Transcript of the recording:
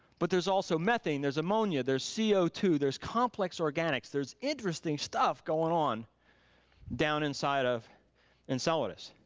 but there's also methane, there's ammonia, there's c o two, there's complex organics. there's interesting stuff going on down inside of enceladus.